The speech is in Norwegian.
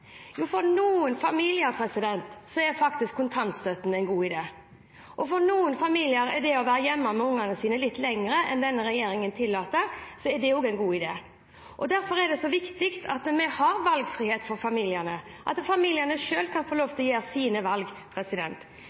Jo, for noen familier er faktisk kontantstøtten en god idé, og for noen familier er det å være hjemme med ungene sine litt lenger enn det denne regjeringen tillater, også en god idé. Derfor er det så viktig at vi har valgfrihet for familiene, at familiene selv kan få lov til å gjøre sine valg.